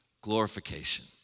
Glorification